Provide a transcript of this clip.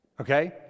okay